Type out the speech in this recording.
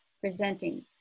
presenting